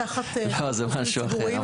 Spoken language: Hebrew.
לא, זה משהו אחר.